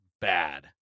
bad